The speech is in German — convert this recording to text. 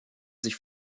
sich